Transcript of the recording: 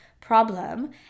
problem